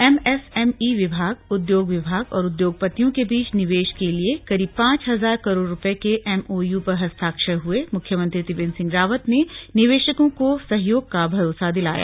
MSME विभाग उद्योग विभाग और उद्योगपतियों के बीच निवेश के लिए करीब पांच हजार करोड़ रुपये के एमओयू पर हस्ताक्षर हुएमुख्यमंत्री त्रिवेंद्र सिंह रावत ने निवेशकों को सहयोग का भरोसा दिलाया